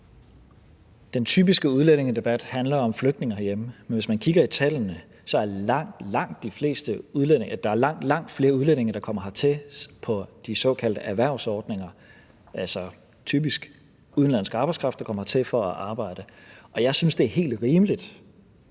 Den typiske udlændingedebat handler om flygtninge herhjemme, men hvis man kigger i tallene, kommer der langt, langt flere udlændinge hertil på de såkaldte erhvervsordninger – altså typisk udenlandsk arbejdskraft, der kommer hertil for at arbejde. Og jeg synes, det er helt rimeligt,